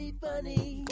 funny